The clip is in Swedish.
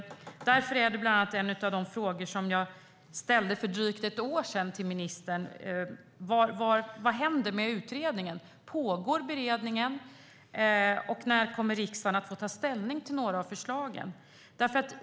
Därför var en av de frågor som jag ställde för drygt ett år sedan till ministern vad som händer med utredningen. Pågår beredningen? När kommer riksdagen att få ta ställning till några av förslagen?